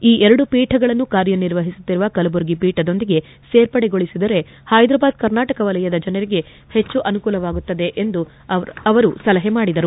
ಈ ಎರಡು ಪೀಠಗಳನ್ನು ಕಾರ್ಯ ನಿರ್ವಹಿಸುತ್ತಿರುವ ಕಲಬುರಗಿ ಪೀಠದೊಂದಿಗೆ ಸೇರ್ಪಡೆಗೊಳಿಸಿದರೆ ಹೈದರಾಬಾದ್ ಕರ್ನಾಟಕ ವಲಯದ ಜನರಿಗೆ ಹೆಚ್ಚು ಅನುಕೂಲವಾಗುತ್ತದೆ ಎಂದು ಅವರು ಸಲಹೆ ಮಾಡಿದರು